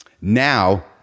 now